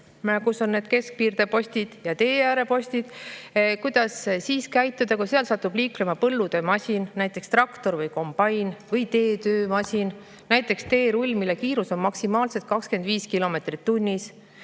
kus on need keskpiirdepostid ja teeäärepostid, siis, kui seal satub liiklema põllutöömasin, näiteks traktor või kombain, või teetöömasin, näiteks teerull, mille kiirus on maksimaalselt 25 kilomeetrit tunnis.